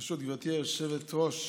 ברשות גברתי היושבת-ראש,